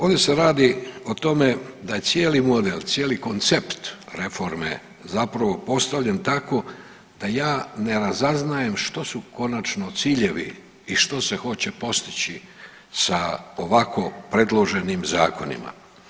Ovdje se radi o tome da je cijeli model, cijeli koncept reforme zapravo postavljen tako da ja ne razaznajem što su konačno ciljevi i što se hoće postići sa ovako predloženim zakonima.